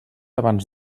abans